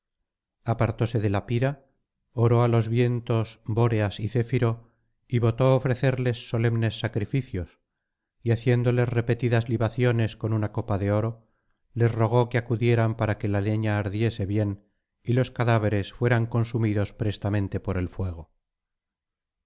apartóse de la pira oró á los vientos bóreas y céfiro y votó ofrecerles solemnes sacrificios y haciéndoles repetidas libaciones con una copa de oro les rogó que acudieran para que la leña ardiese bien y los cadáveres fueran consumidos prestamente por el fuego